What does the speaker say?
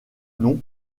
nom